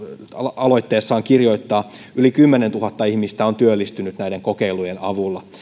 aloitteessaan kirjoittaa yli kymmenentuhatta ihmistä on työllistynyt näiden kokeilujen avulla